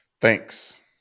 thanks